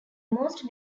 most